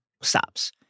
stops